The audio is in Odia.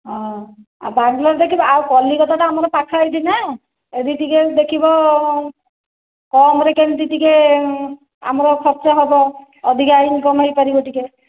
ହଁ ଆଉ ବାଙ୍ଗଲୋର ଦେଖିବ ଆଉ କଲିକତା ନା ଆମର ପାଖ ଏଇଠି ନା ଏଇଠି ଟିକେ ଦେଖିବ କମ ରେ କେମିତି ଟିକେ ଆମର ଖର୍ଚ୍ଚ ହବ ଅଧିକା ଇନକମ ହୋଇପାରିବ ଟିକେ